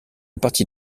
partie